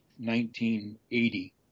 1980